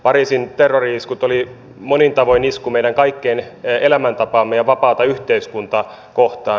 pariisin terrori iskut olivat monin tavoin isku meidän kaikkien elämäntapaa ja vapaata yhteiskuntaa kohtaan